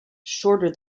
shorter